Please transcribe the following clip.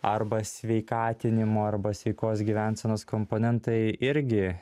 arba sveikatinimo arba sveikos gyvensenos komponentai irgi